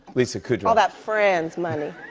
lisa kudrow. all that friends money.